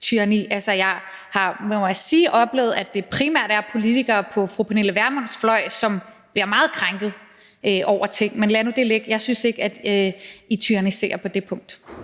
jeg har oplevet, at det primært er politikere på fru Pernille Vermunds fløj, som bliver meget krænkede over ting. Men lad nu det ligge. Jeg synes ikke, at I tyranniserer på det punkt.